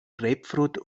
grapefruit